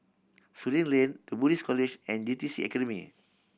Surin Lane The Buddhist College and J T C Academy